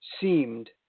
seemed